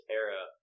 era